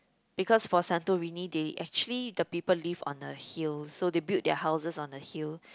because for Santorini they actually the people live on a hill so they build their houses on a hill